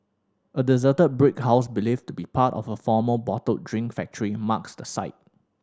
a deserted brick house believed to be part of a former bottled drink factory marks the site